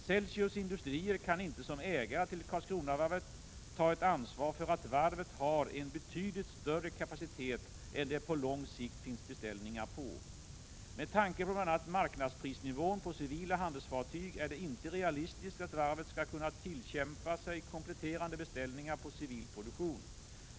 Celsius Industrier kan inte som ägare till Karlskronavarvet AB ta ett ansvar för att varvet har en betydligt större kapacitet än det på lång sikt finns beställningar på. Med tanke på bl.a. marknadsprisnivån på civila handelsfartyg är det inte realistiskt att varvet skall kunna tillkämpa sig kompletterande beställningar på civil produktion.